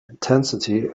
intensity